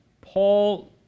Paul